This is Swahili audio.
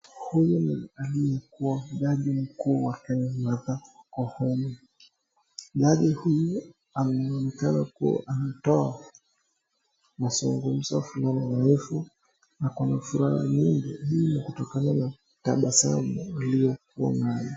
Huyu ni jaji mkuu wakenya Martha Koome, jaji huyu anaonekana anatoa mazungumzo fulani, na anafuraha mingi kuonekana na tabasamu aliyokuwa nayo.